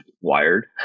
wired